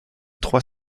trois